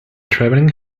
travelling